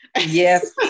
Yes